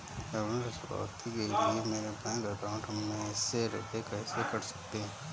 ऋण चुकौती के लिए मेरे बैंक अकाउंट में से रुपए कैसे कट सकते हैं?